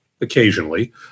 occasionally